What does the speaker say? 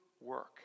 work